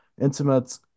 intimate